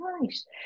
nice